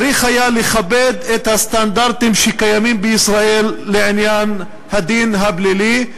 צריך היה לכבד את הסטנדרטים שקיימים בישראל לעניין הדין הפלילי,